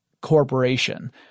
corporation